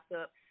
up